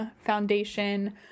Foundation